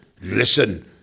Listen